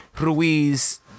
Ruiz